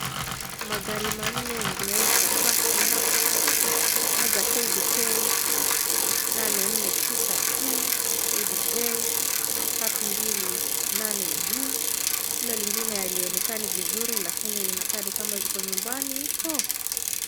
Magari manne yame wekwa parking hapo moja KDK 849T, KDJ 328G, hilo lingine halionekani vizuri lakini linaka nikama ziko nyumbani huko.